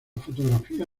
fotografía